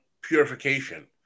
purification